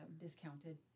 discounted